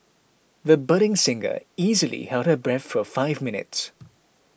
the budding singer easily held her breath for five minutes